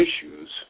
issues